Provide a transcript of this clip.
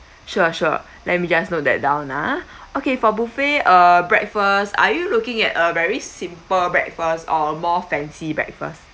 sure sure let me just note that down ah okay for buffet uh breakfast are you looking at a very simple breakfast or more fancy breakfast